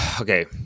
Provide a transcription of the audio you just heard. Okay